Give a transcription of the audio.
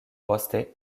poste